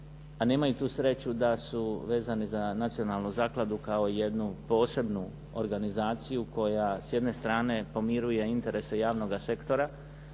a nemaju tu sreću da su vezani za nacionalnu zakladu kao jednu posebnu organizaciju koja s jedne strane pomiruje interese javnoga sektora,